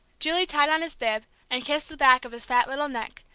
julie tied on his bib, and kissed the back of his fat little neck,